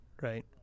Right